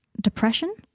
depression